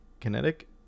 Kinetic